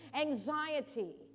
anxiety